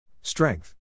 Strength